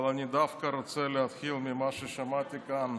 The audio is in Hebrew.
אבל אני רוצה להתחיל דווקא ממה ששמעתי כאן.